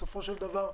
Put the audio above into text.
בסופו של דבר,